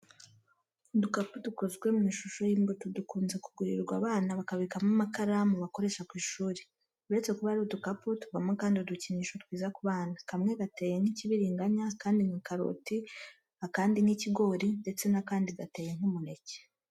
Udukapu dukozwe mu ishusho y'imbuto, utu dukunzwe kugurirwa abana bakabikamo amakaramu bakoresha ku ishuri. Uretse kuba ari udukapu, tuvamo kandi udukinisho twiza ku bana. Kamwe gateye nk'ikibiringanya, akandi nka karoti, akandi nk'ikigori ndetse n'akandi gateye nk'umuneke.